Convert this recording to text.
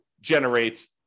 generate